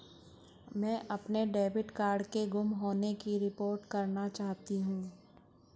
मैं अपने debit card के गुम होने की रिपोर्ट करना चाहती हूँ